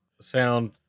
sound